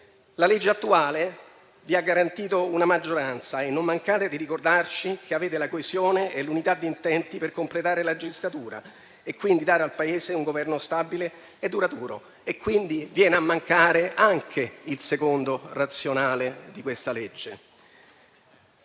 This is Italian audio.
La legge attuale vi ha garantito una maggioranza e non mancate di ricordarci che avete la coesione e l'unità di intenti per completare la legislatura e dare al Paese un Governo stabile e duraturo. Viene quindi a mancare anche il secondo razionale di questa legge.